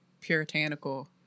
puritanical